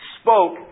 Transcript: spoke